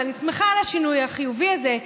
ואני שמחה על השינוי החיובי הזה,